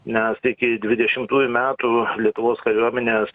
nes iki dvidešimtųjų metų lietuvos kariuomenės